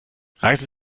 reißen